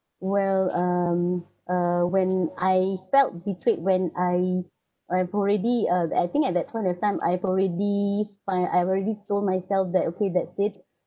well um uh when I felt betrayed when I I've already ah I think at that point of time I've already fine I've already told myself that okay that's it